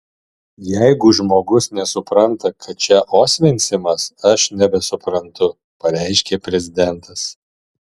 jeigu žmogus nesupranta kad čia osvencimas aš nebesuprantu pareiškė prezidentas